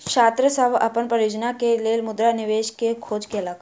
छात्र सभ अपन परियोजना के लेल मुद्रा निवेश के खोज केलक